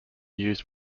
used